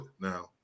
now